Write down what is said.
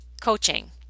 coaching